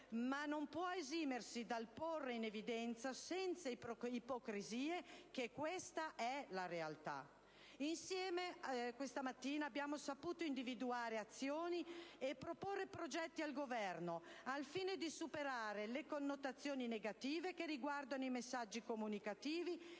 ma non può esimersi dal porre in evidenza, senza ipocrisie, che questa è la realtà. Insieme, questa mattina, abbiamo saputo individuare azioni e proporre progetti al Governo, al fine di superare le connotazioni negative che riguardano i messaggi comunicativi,